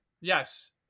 Yes